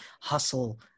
hustle